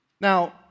Now